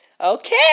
Okay